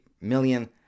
million